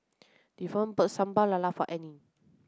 Devon bought Sambal Lala for Anne